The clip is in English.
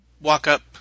walk-up